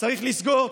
צריך לסגור,